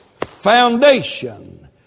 foundation